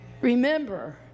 Remember